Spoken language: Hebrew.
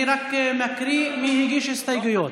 אני רק מקריא מי הגיש הסתייגויות.